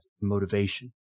motivation